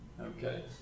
okay